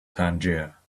tangier